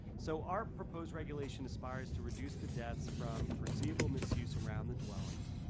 so our proposed regulation inspires to reduce the deaths from foreseeable misuse around the dwellings.